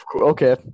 Okay